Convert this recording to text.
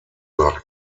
nach